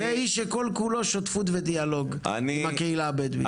זה איש שכל כולו שותפות ודיאלוג עם הקהילה הבדואית.